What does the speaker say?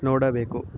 ನೋಡಬೇಕು